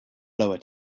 lower